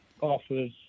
offers